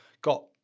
got